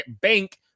Bank